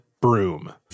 broom